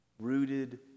rooted